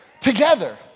together